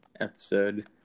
episode